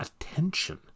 Attention